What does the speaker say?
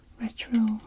retro